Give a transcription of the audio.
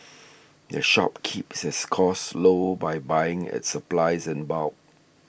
the shop keeps its costs low by buying its supplies in bulk